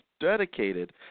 dedicated